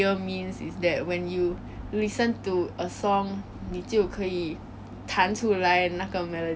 actually I really thought that 以前每个人都是有这个功能